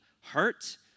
hurt